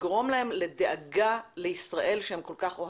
לגרום להם לדאגה לישראל שהם כל כך אוהבים.